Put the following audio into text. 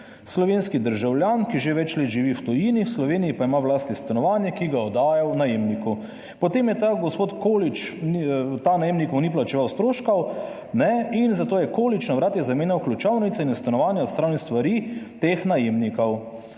slovenski državljan, ki že več let živi v tujini, v Sloveniji pa ima v lasti stanovanje, ki ga oddaja najemniku. Potem je ta gospod Kočič, ta najemniku ni plačeval stroškov, in zato je Količ, na vrat je zamenjal ključavnice in je stanovanje odstranil stvari teh najemnikov.